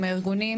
עם הארגונים,